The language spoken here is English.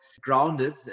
grounded